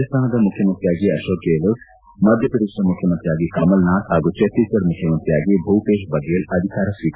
ರಾಜಸ್ತಾನದ ಮುಖ್ಲಮಂತ್ರಿಯಾಗಿ ಅಕೋಕ್ ಗೆಹ್ಲೋಟ್ ಮಧಪ್ರದೇತದ ಮುಖ್ಲಮಂತ್ರಿಯಾಗಿ ಕಮಲ್ನಾಥ್ ಹಾಗೂ ಛತ್ತೀಸ್ಗಢ್ ಮುಖ್ಯಮಂತ್ರಿಯಾಗಿ ಭೂಪೇಶ್ ಬಗೇಲ್ ಅಧಿಕಾರ ಸ್ವೀಕಾರ